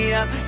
up